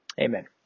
Amen